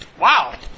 wow